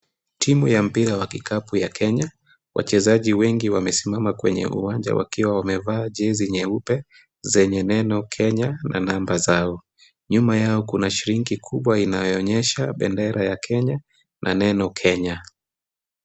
Timu ya mpira wa kikapu ya kenya, wachezaji wengi wamesimama kwenye uwanja wakiwa wamevaa jezi nyeupe zenye neno kenya na namba zao. Nyuma yao kuna shrinki kubwa inayoonyesha bendera ya kenya na neno kenya.